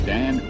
Dan